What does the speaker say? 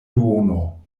duono